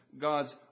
God's